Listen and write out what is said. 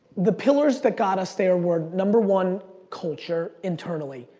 the pillars that got us there were, number one culture internally.